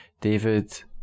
David